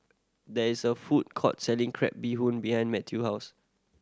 there is a food court selling crab bee hoon behind Mathew house